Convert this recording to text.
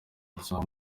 muzaba